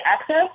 access